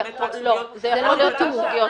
לא, זה לא כתוב.